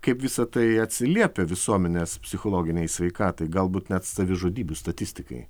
kaip visa tai atsiliepia visuomenės psichologinei sveikatai galbūt net savižudybių statistikai